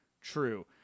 true